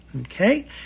Okay